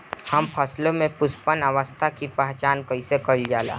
हम फसलों में पुष्पन अवस्था की पहचान कईसे कईल जाला?